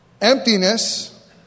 emptiness